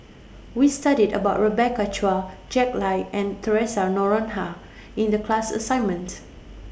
We studied about Rebecca Chua Jack Lai and Theresa Noronha in The class assignment